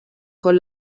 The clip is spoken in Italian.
con